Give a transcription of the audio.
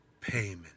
payment